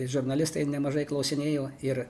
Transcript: žurnalistai nemažai klausinėjo ir